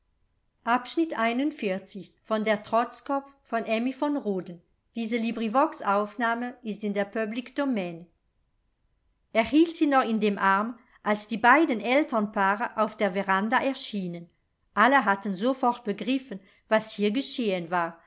gnädig bewilligt er hielt sie noch in dem arm als die beiden elternpaare auf der veranda erschienen alle hatten sofort begriffen was hier geschehen war